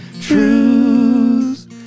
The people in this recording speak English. Truths